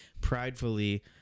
pridefully